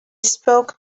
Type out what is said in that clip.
spoke